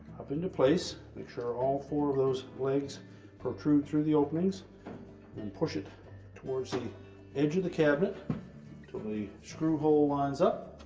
into place. make sure all four of those legs protrude through the openings and push it towards the edge of the cabinet till the screw hole lines up.